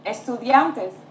Estudiantes